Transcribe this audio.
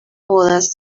bodas